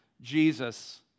Jesus